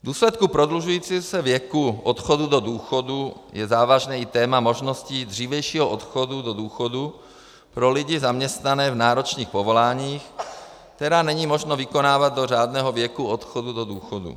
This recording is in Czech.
V důsledku prodlužujícího se věku odchodu do důchodu je závažné i téma možností dřívějšího odchodu do důchodu pro lidi zaměstnané v náročných povoláních, která není možné vykonávat do řádného věku odchodu do důchodu.